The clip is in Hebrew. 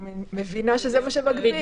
אני מבינה שזה מה שמגביל.